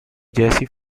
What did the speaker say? jesse